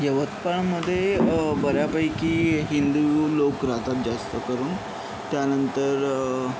यवतमाळमध्ये बऱ्यापैकी हिंदू लोक राहतात जास्त करून त्यानंतर